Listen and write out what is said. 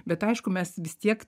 bet aišku mes vis tiek